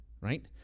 right